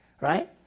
Right